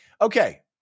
Okay